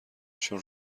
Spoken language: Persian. چون